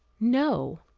no.